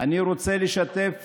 אני רוצה לשתף